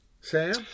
sam